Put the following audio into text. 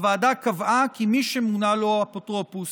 הוועדה קבעה כי מי שמונה לו אפוטרופוס